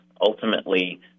Ultimately